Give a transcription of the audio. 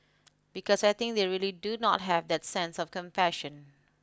because I think they really do not have that sense of compassion